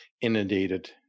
inundated